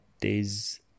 days